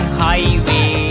highway